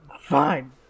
fine